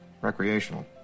recreational